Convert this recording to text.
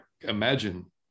imagine